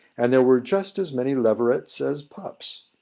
and there were just as many leverets as pups.